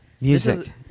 Music